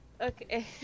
Okay